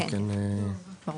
כן, ברור.